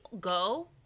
go